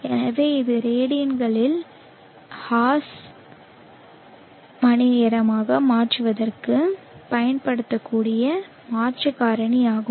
எனவே இது ரேடியன்களில் hours மணிநேரமாக மாற்றுவதற்கு பயன்படுத்தக்கூடிய மாற்று காரணியாகும்